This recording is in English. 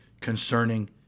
concerning